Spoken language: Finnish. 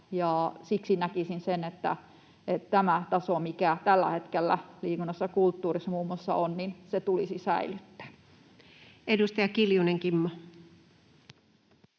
siksi näkisin, että tämä taso, mikä tällä hetkellä muun muassa liikunnassa ja kulttuurissa on, tulisi säilyttää. Edustaja Kiljunen, Kimmo.